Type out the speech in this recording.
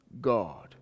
God